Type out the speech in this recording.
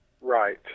Right